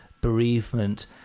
bereavement